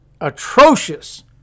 atrocious